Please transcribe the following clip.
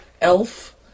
Elf